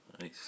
Nice